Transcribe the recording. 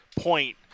point